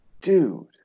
Dude